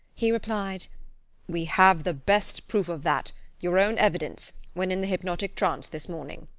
he replied we have the best proof of that your own evidence, when in the hypnotic trance this morning.